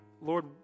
Lord